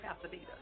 Pasadena